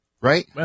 Right